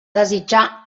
desitjar